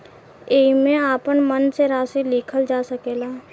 एईमे आपन मन से राशि लिखल जा सकेला